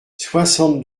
soixante